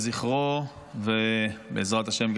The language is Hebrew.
לזכרו ובעזרת השם,